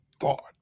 thought